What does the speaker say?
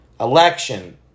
election